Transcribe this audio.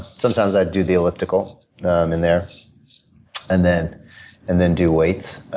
sometimes, i do the elliptical in there and then and then do weights.